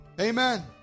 Amen